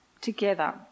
together